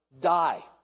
die